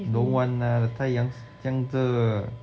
don't want lah the 太阳这样热